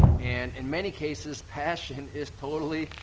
and in many cases, passion is totally,